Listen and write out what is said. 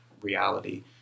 reality